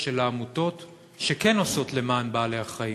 של העמותות שכן עושות למען בעלי-החיים.